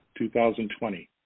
2020